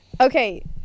Okay